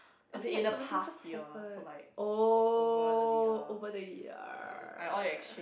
I feel like so many things just happened oh over the year